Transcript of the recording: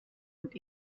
und